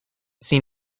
seen